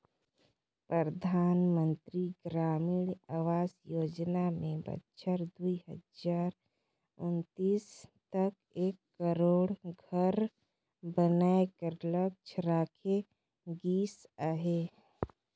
परधानमंतरी ग्रामीण आवास योजना में बछर दुई हजार उन्नीस तक एक करोड़ घर बनाए कर लक्छ राखे गिस अहे